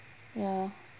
ya